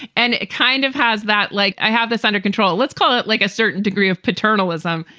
and it kind of has that like i have this under control. let's call it like a certain degree of paternalism.